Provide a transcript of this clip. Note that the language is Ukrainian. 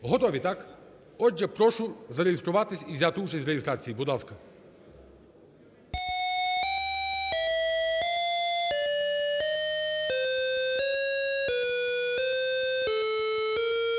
Готові? Так. Отже, прошу зареєструватись і взяти участь в реєстрації, будь ласка.